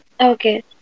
Okay